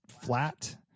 flat